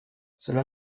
cela